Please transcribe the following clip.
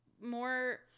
more